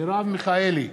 מרב מיכאלי,